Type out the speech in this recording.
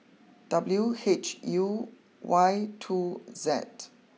W H U Y two Z